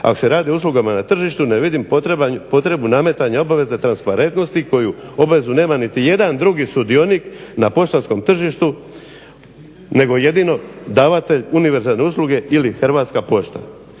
Ako se radi o uslugama na tržištu ne vidim potrebu nametanja obveza transparentnosti koju obvezu nema nitijedan drugi sudionik na poštanskom tržištu nego jedino davatelj univerzalne usluge ili Hrvatska pošta.